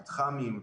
מתח"מים,